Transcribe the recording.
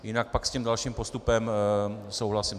Jinak pak s tím dalším postupem souhlasím.